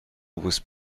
was